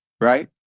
Right